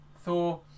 Thor